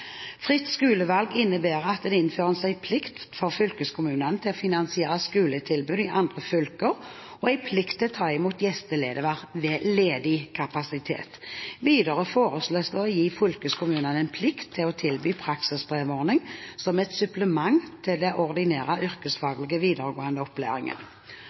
Fritt skolevalg innebærer at det innføres en plikt for fylkeskommunene til å finansiere skoletilbud i andre fylker og en plikt til å ta imot gjesteelever ved ledig kapasitet. Videre foreslås det å gi fylkeskommunene en plikt til å tilby praksisbrevordning som et supplement til